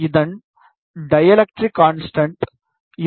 இதன் dielectric constant 2